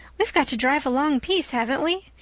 we've got to drive a long piece, haven't we?